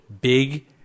Big